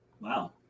Wow